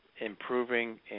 improving